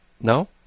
No